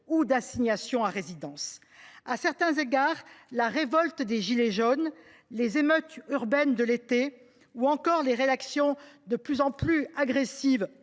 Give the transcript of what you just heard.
ou d’assignation à résidence. À certains égards, la révolte des « gilets jaunes », les émeutes urbaines de l’été ou encore les réactions de plus en plus agressives